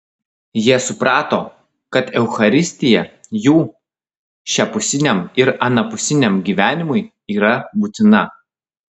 jie suprato kad eucharistija jų šiapusiniam ir anapusiniam gyvenimui yra būtina